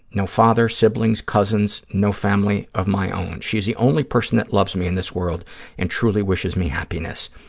no father, siblings, cousins, no family of my own. she's the only person that loves me in this world and truly wishes me happiness.